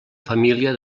família